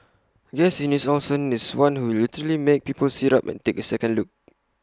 Guess Eunice Olsen is one who will literally make people sit up and take A second look